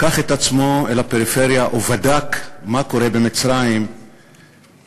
לקח את עצמו אל הפריפריה ובדק מה קורה במצרים בשוליים,